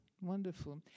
wonderful